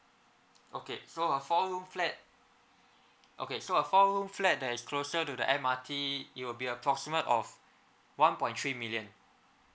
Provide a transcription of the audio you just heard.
okay so a four room flat okay so a four room flat that's closer to the M_R_T it'll be approximate of one point three million